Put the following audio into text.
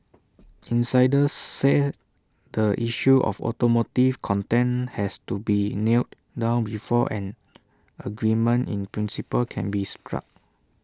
insiders say the issue of automotive content has to be nailed down before an agreement in principle can be struck